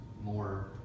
more